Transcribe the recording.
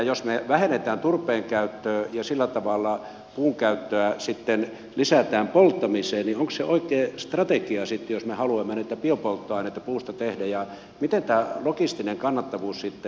jos me vähennämme turpeen käyttöä ja sillä tavalla puun käyttöä sitten lisätään polttamiseen niin onko se oikea strategia jos me haluamme näitä biopolttoaineita puusta tehdä ja miten tämä logistinen kannattavuus sitten